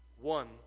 one